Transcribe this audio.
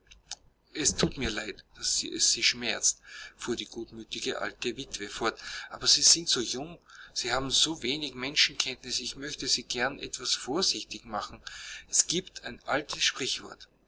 es thut mir leid daß es sie schmerzt fuhr die gutmütige alte witwe fort aber sie sind so jung sie haben so wenig menschenkenntnis ich möchte sie gern etwas vorsichtig machen es giebt ein altes sprichwort